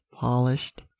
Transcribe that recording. polished